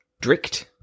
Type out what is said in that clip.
dricked